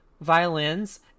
violins